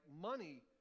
money